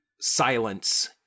silence